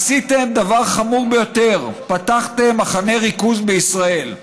עשיתם דבר חמור ביותר: פתחתם מחנה ריכוז בישראל".